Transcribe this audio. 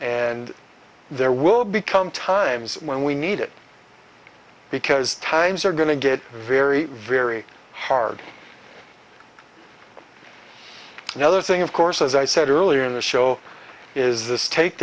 and there will be come times when we need it because times are going to get very very hard another thing of course as i said earlier in the show is this take